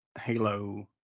Halo